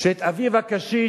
שאת אביו הקשיש,